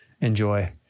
enjoy